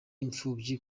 imfubyi